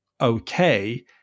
okay